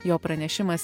jo pranešimas